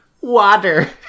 water